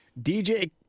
DJ